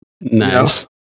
Nice